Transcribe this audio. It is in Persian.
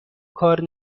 کار